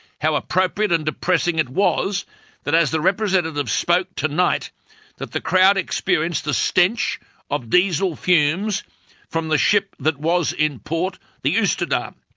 how appropriate and depressing it was that as the representatives spoke tonight that the crowd experienced the stench of diesel fumes from the ship that was in port, the oosterdam.